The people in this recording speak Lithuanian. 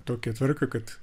tokią tvarką kad